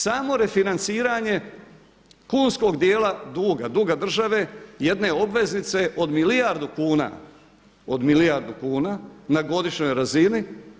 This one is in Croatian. Samo refinanciranje kunskog dijela duga, duga države jedne obveznice od milijardu kuna, od milijardu kuna na godišnjoj razini.